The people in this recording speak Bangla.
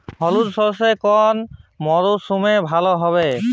হলুদ সর্ষে কোন মরশুমে ভালো হবে?